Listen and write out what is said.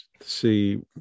see